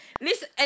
Listen